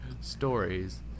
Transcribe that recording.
stories